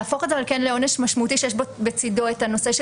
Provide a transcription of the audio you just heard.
להפוך את זה לעונש משמעותי שיש בצידו את הנושא של